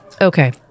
Okay